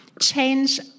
change